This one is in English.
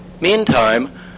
Meantime